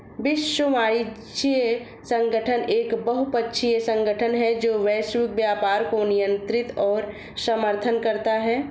विश्व वाणिज्य संगठन एक बहुपक्षीय संगठन है जो वैश्विक व्यापार को नियंत्रित और समर्थन करता है